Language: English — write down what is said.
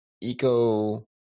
eco